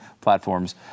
platforms